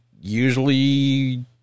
usually